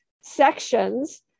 sections